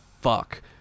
fuck